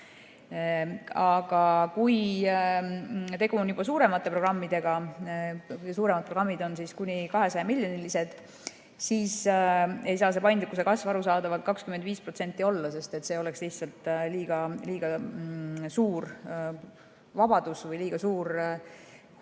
Aga kui tegu on juba suuremate programmidega – kõige suuremad programmid on kuni 200‑miljonilised –, siis ei saa see paindlikkuse kasv arusaadavalt 25% olla, sest see oleks lihtsalt liiga suur vabadus või liiga suur hulk